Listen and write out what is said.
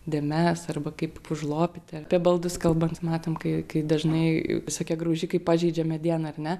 dėmes arba kaip užlopyti apie baldus kalbant matom kai kai dažnai visokie graužikai pažeidžia medieną ar ne